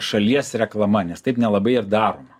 šalies reklama nes taip nelabai ir daroma